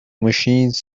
machines